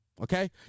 Okay